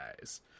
guys